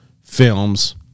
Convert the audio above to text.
films